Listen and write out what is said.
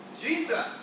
Jesus